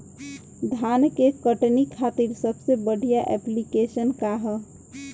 धान के कटनी खातिर सबसे बढ़िया ऐप्लिकेशनका ह?